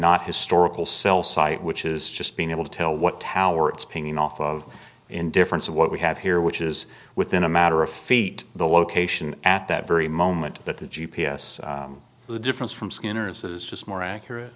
cell site which is just being able to tell what tower it's pinging off of in difference of what we have here which is within a matter of feet the location at that very moment that the g p s the difference from skinners is just more accurate